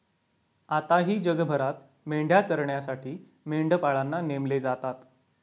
आताही जगभरात मेंढ्या चरण्यासाठी मेंढपाळांना नेमले जातात